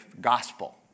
gospel